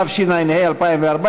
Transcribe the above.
התשע"ה 2014,